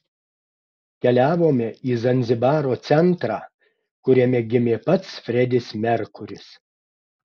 keliavome į zanzibaro centrą kuriame gimė pats fredis merkuris